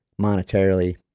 monetarily